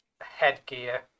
headgear